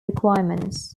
requirements